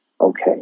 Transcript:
okay